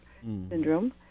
syndrome